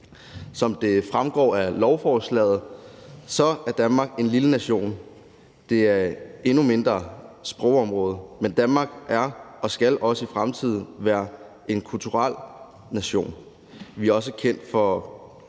Som det fremgår af lovforslaget, er Danmark en lille nation. Det er et endnu mindre sprogområde, men Danmark er og skal også i fremtiden være en kulturel nation. Vi er kendt for vores